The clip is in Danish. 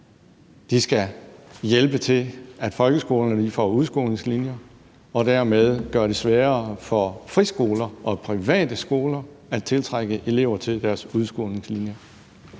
skal hjælpe til med, at folkeskolerne får internationale udskolingslinjer og dermed gør det sværere for friskoler og private skoler at tiltrække elever til deres internationale